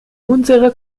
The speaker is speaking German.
unserer